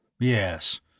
Yes